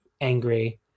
angry